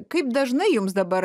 kaip dažnai jums dabar